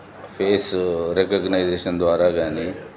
face recognition ద్వారా గానీ